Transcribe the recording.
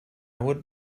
would